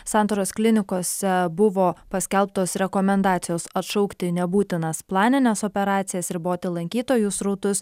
santaros klinikose buvo paskelbtos rekomendacijos atšaukti nebūtinas planines operacijas riboti lankytojų srautus